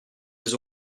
les